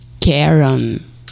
Karen